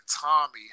Tommy